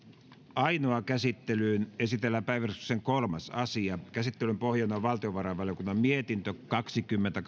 ainoaan käsittelyyn esitellään päiväjärjestyksen kolmas asia käsittelyn pohjana on valtiovarainvaliokunnan mietintö kaksikymmentä